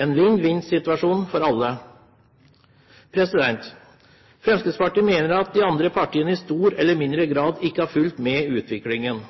en vinn-vinn-situasjon for alle. Fremskrittspartiet mener at de andre partiene i større eller mindre grad ikke har fulgt med i utviklingen.